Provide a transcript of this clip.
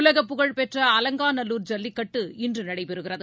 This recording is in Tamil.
உலக புகழ்பெற்ற அலங்காநல்லூர் ஜல்லிக்கட்டு இன்று நடைபெறுகிறது